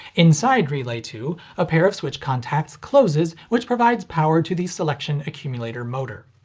inside relay two, a pair of switch contacts closes which provides power to the selection accumulator motor.